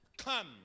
come